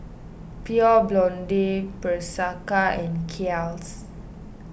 Pure Blonde Bershka and Kiehl's